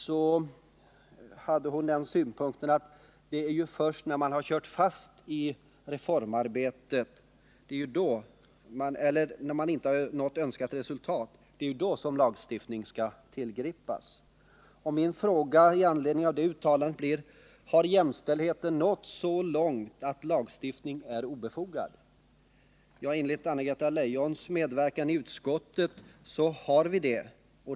Hon hade synpunkten att det är först när man inte nått önskat resultat som en lagstiftning skall tillgripas. Min fråga i anledning av det uttalandet blir: Har jämställdheten nått så långt att lagstiftning är obefogad? Att döma av Anna-Greta Leijons medverkan i utskottet har den det.